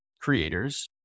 creators